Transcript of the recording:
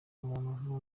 muntu